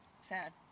Sad